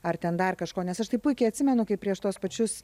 ar ten dar kažko nes aš tai puikiai atsimenu kaip prieš tuos pačius